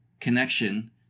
connection